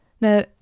Now